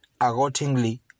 accordingly